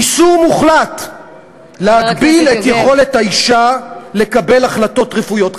איסור מוחלט להגביל את יכולת האישה לקבל החלטות רפואיות,